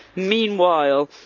meanwhile,